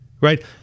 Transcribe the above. right